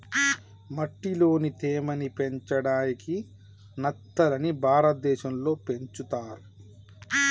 మట్టిలోని తేమ ని పెంచడాయికి నత్తలని భారతదేశం లో పెంచుతర్